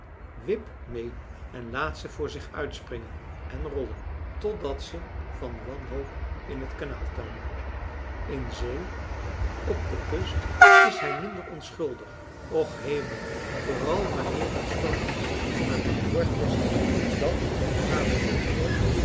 wip mee en laat ze voor zich uitspringen en rollen totdat ze van wanhoop in het kanaal tuimelen in zee op de kust is hij minder onschuldig och hemel vooral wanneer het stormt uit het noordwesten dan gaat er wat om